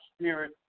Spirit